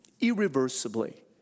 irreversibly